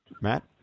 Matt